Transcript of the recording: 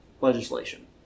legislation